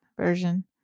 version